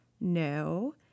No